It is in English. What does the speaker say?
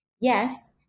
Yes